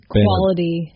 quality